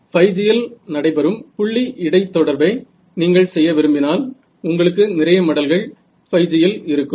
5G இல் நடைபெறும் புள்ளி இடை தொடர்பை நீங்கள் செய்ய விரும்பினால் உங்களுக்கு நிறைய மடல்கள் 5G இல் இருக்கும்